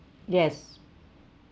yes